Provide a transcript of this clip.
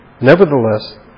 Nevertheless